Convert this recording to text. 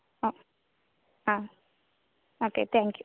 ആ ആ okay thank you